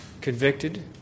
convicted